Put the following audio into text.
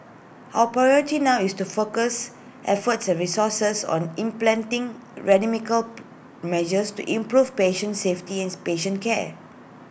our priority now is to focus efforts and resources on implanting measures to improve patient safety and patient care